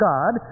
God